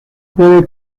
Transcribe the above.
puede